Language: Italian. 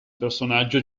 personaggio